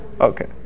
okay